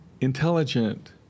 intelligent